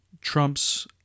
Trump's